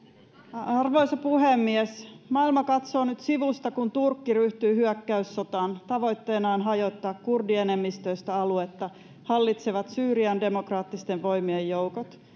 arvoisa puhemies maailma katsoo nyt sivusta kun turkki ryhtyy hyökkäyssotaan tavoitteenaan hajottaa kurdienemmistöistä aluetta hallitsevat syyrian demokraattisten voimien joukot